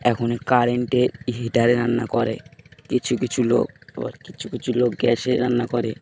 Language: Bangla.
এখন কারেন্টে হিটারে রান্না করে কিছু কিছু লোক আবার কিছু কিছু লোক গ্যাসে রান্না করে